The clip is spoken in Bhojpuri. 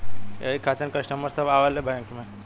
यही खातिन कस्टमर सब आवा ले बैंक मे?